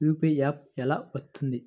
UPI app ఎలా వస్తుంది?